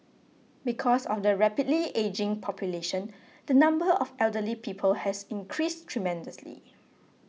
because of the rapidly ageing population the number of elderly people has increased tremendously